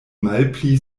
malpli